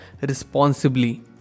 responsibly